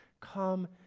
come